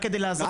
רק להסביר.